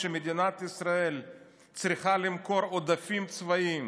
כשמדינת ישראל צריכה למכור עודפים צבאיים